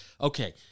okay